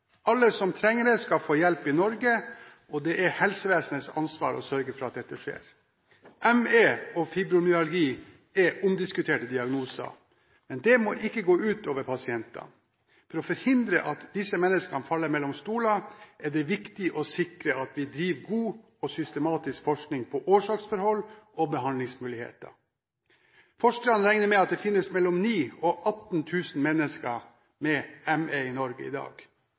Alle som trenger det, skal få hjelp i Norge, og det er helsevesenets ansvar å sørge for at dette skjer. ME og fibromyalgi er omdiskuterte diagnoser, men det må ikke gå ut over pasientene. For å forhindre at disse menneskene faller mellom stoler, er det viktig å sikre at det drives god og systematisk forskning på årsaksforhold og behandlingsmuligheter. Forskerne regner med at det finnes mellom 9 000 og 18 000 mennesker med ME i Norge i dag,